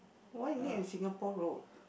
why need on Singapore road